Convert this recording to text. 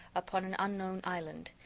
upon an unknown island,